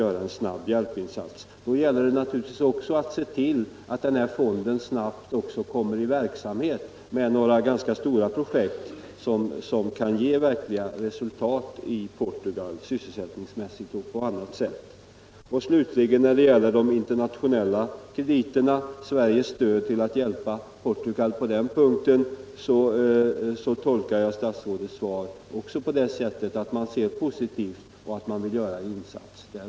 Trots en strafftid om två månader ges dessutom inte ens permission för fullgörande av nödvändiga insatser i hemorten. Anser statsrådet att gällande instruktioner för kriminalvårdsstyrelsen beträffande tid för inställelse, permissioner, rutiner för blankettförfarande vid uppskovsansökningar etc. är tillfredsställande utformade? Om de anses tillfredsställande, vem ansvarar för att tjänstemännen verkligen följer dem?